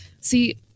See